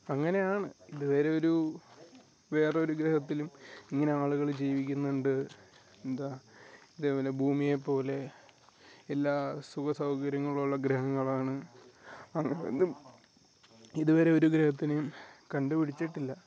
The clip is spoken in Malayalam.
അങ്ങനെയാണ് ഇതു വരെ ഒരു വേറെ ഒരു ഗ്രഹത്തിലും ഇങ്ങനെ ആളുകൾ ജീവിക്കുന്നുണ്ട് എന്താണ് ഇതേപോലെ ഭൂമിയെ പോലെ എല്ലാ സുഖ സൗകര്യങ്ങളുള്ള ഗ്രഹങ്ങളാണ് അന്നൊന്നും ഇതുവരെ ഒരു ഗ്രഹത്തിനെയും കണ്ടുപിടിച്ചിട്ടില്ല